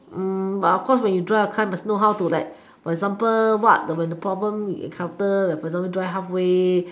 mm but of course when you drive a car you must know how to like for example what when the problem you encounter for example like drive halfway